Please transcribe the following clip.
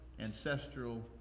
ancestral